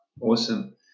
Awesome